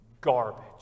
Garbage